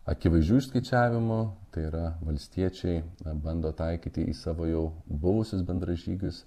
akivaizdžių išskaičiavimo tai yra valstiečiai bando taikyti į savo jau buvusius bendražygius